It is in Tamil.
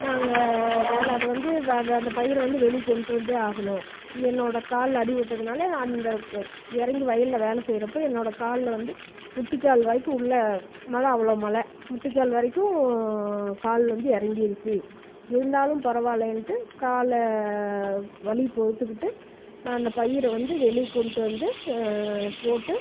நாங்கள வேலை அது வந்து வ அந்த பயிரை வந்து வெளி கொண்டுட்டு வந்தே ஆகணும் என்னோட கால் அடிபட்டதுனால் அந்த இறங்கி வயலில் வேலை செய்கிறப்ப என்னோட காலில் வந்து முட்டி கால் வரைக்கும் உள்ள மழை அவ்வளோ மழை முட்டி கால் வரைக்கும் கால் வந்து இறங்கியிருச்சி இருந்தாலும் பரவாயில்லையென்ட்டு காலை வலி பொறுத்துக்கிட்டு நான் அந்த பயிரை வந்து வெளியே கொண்டுட்டு வந்து போட்டு